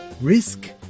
Risk